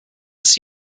des